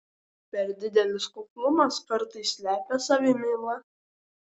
per didelis kuklumas kartais slepia savimylą